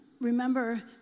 remember